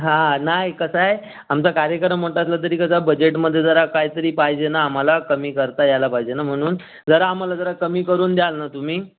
हां नाही कसं आहे आमचा कार्यक्रम मोठा असला तरी कसं बजेटमध्ये जरा काहीतरी पाहिजे ना आम्हाला कमी करता यायला पाहिजे ना म्हणून जरा आम्हाला जरा कमी करून द्याल ना तुम्ही